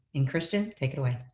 and christian, take it away.